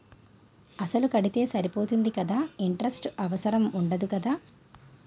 అసలు కడితే సరిపోతుంది కదా ఇంటరెస్ట్ అవసరం ఉండదు కదా?